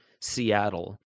Seattle